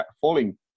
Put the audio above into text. falling